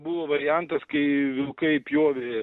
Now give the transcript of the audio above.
buvo variantas kai vilkai pjovė